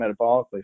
metabolically